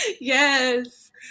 Yes